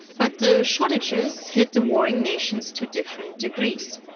but the shortages hit the waring nations to different degrees.